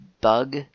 bug